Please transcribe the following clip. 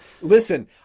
listen